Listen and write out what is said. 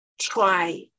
try